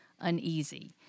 uneasy